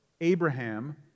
Abraham